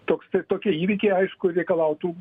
toks tai tokie įvykiai aišku reikalautų